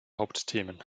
hauptthemen